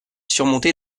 surmonté